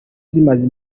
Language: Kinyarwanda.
zimaze